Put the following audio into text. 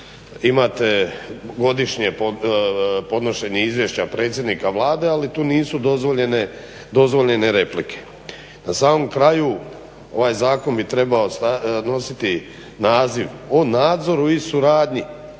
imate godišnje podnošenje izvješća predsjednika Vlade ali tu nisu dozvoljene replike. Na samom kraju ovaj Zakon bi trebao nositi naziv od nadzoru i suradnji.